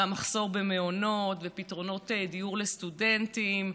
המחסור במעונות ובפתרונות דיור לסטודנטים,